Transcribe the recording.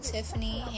Tiffany